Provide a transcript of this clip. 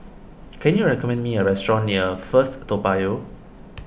can you recommend me a restaurant near First Toa Payoh